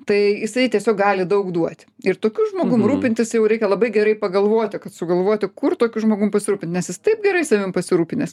tai jisai tiesiog gali daug duoti ir tokiu žmogum rūpintis jau reikia labai gerai pagalvoti kad sugalvoti kur tokiu žmogum pasirūpint nes jis taip gerai savim pasirūpinęs